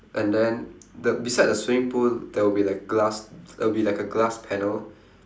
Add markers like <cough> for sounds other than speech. and then the beside the swimming pool there will be like glass <noise> there will be like a glass panel